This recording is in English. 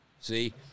See